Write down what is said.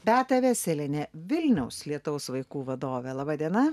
beata veselienė vilniaus lietaus vaikų vadovė laba diena